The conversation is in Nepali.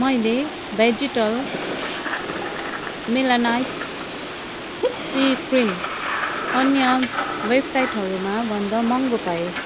मैले भेजिटल मेलेनाइट सी क्रिम अन्य वेबसाइटहरूमा भन्दा महँगो पाएँ